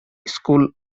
school